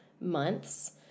months